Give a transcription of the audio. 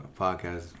podcast